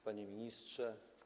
Panie Ministrze!